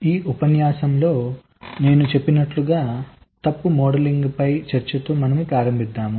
ఈ ఉపన్యాసంలో నేను చెప్పినట్లుగా తప్పు మోడలింగ్ పై చర్చతో మనము ప్రారంభిస్తాము